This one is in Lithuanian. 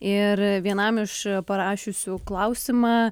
ir vienam iš parašiusių klausimą